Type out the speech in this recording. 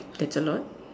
that's a lot